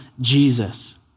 Jesus